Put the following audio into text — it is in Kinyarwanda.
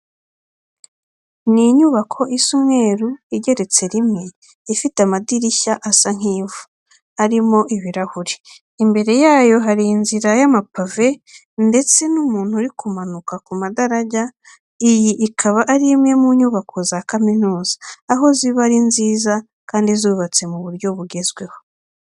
Ni inyubako isa umweru igeretse rimwe, ifite amadirishya asa nk'ivu arimo ibirahure. Imbere yayo hari inzira y'amapave ndetse n'umuntu uri kumanuka ku madarajya. Iyi ikaba ari imwe mu nyubako za kaminuza, aho ziba ari nziza kandi zubatse mu buryo bugezweho.